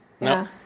No